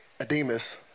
Ademus